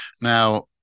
Now